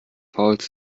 fouls